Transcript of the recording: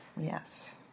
Yes